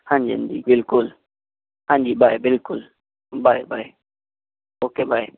ਹਾਂਜੀ ਹਾਂਜੀ ਬਿਲਕੁਲ ਹਾਂਜੀ ਬਾਏ ਬਿਲਕੁਲ ਬਾਏ ਬਾਏ ਓਕੇ ਬਾਏ